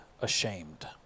ashamed